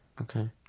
Okay